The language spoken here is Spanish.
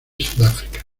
sudáfrica